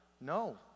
no